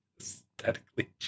Aesthetically